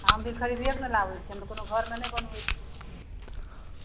हम भी खरिदिएके ने लाबै छिए तऽ कोनो घरमे नहि बनबै छिए